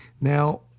Now